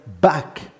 back